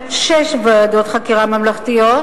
בסמיכות גדולה לבתי תושבים בקריית-מלאכי,